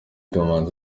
kamanzi